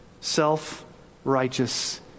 self-righteous